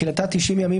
סעיף.